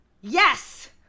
Yes